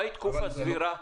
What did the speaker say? מהי תקופה סבירה?